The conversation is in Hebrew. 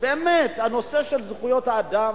שבאמת הנושא של זכויות האדם,